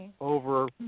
over